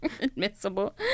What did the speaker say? Admissible